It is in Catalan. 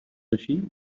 així